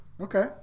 okay